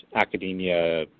academia